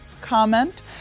comment